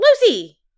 Lucy